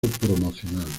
promocional